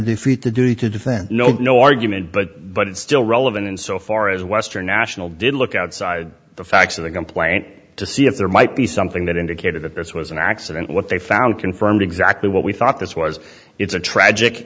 defeat the duty to defend no no argument but but it's still relevant in so far as western national did look outside the facts of the complaint to see if there might be something that indicated that this was an accident what they found confirmed exactly what we thought this was it's a tragic